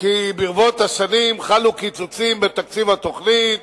כי ברבות השנים חלו קיצוצים בתקציב התוכנית